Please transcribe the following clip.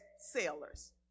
sailors